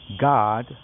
God